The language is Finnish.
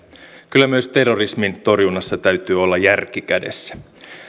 kyllä myös terrorismin torjunnassa täytyy olla järki kädessä